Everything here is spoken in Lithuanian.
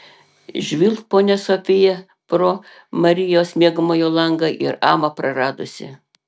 žvilgt ponia sofija pro marijos miegamojo langą ir amą praradusi